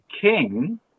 king